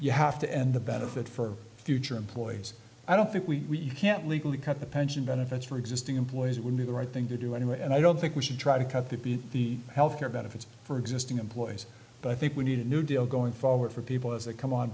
you have to end the benefit for future employers i don't think we can't legally cut the pension benefits for existing employees we knew the right thing to do anyway and i don't think we should try to cut the b the health care benefits for existing employees but i think we need a new deal going forward for people as they come on